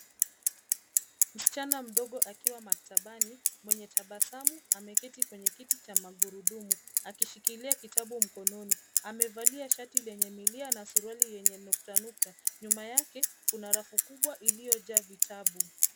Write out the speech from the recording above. Msichana mdogo akiwa maktabani mwenye tabasamu ameketi kwenye kiti cha magurudumu akishikilia kitabu mkononi. Amevalia shati lenye milia na suruali yenye nukta nukta. Nyuma yake kuna rafu kubwa iliyo jaa vitabu.